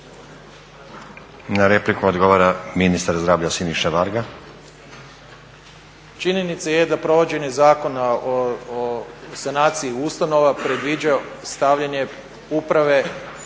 Na repliko odgovara ministar zdravlja Siniša Varga. **Varga, Siniša (SDP)** Činjenica je da provođenje Zakona o sanaciji ustanova predviđa stavljanje uprave